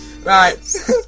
right